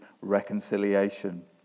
reconciliation